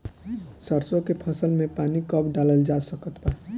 सरसों के फसल में पानी कब डालल जा सकत बा?